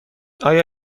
آیا